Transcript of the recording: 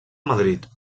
madrid